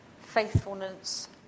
faithfulness